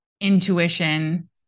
intuition